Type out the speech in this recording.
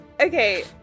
Okay